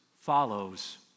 follows